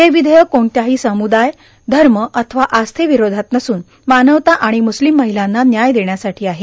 हे विधेयक कोणत्याही समुदाय धर्मा अथवा आस्थेविरोधात नसून मानवता आणि मुस्लिम महिलांना न्याय देण्यासाठी आहे